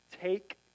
take